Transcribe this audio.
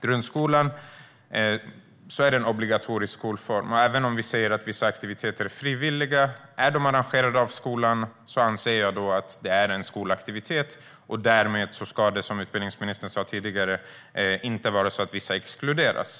Grundskolan är obligatorisk, och vi säger att vissa aktiviteter är frivilliga. Är de arrangerade av skolan anser jag att det är skolaktiviteter. Därmed ska det, som utbildningsministern sa tidigare, inte vara så att vissa exkluderas.